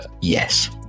Yes